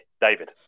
David